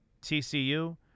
TCU